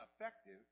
effective